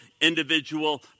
individual